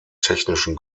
technischen